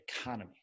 economy